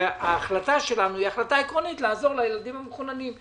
שההחלטה שלנו היא החלטה עקרונית לעזור לילדים המחוננים.